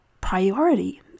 priority